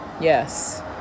Yes